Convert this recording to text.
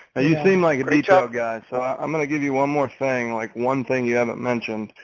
but you seem like reach out guys. so i'm gonna give you one more thing like one thing you haven't mentioned,